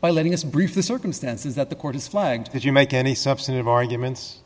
by letting us brief the circumstances that the court has flagged that you make any substantive arguments